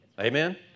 Amen